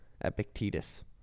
Epictetus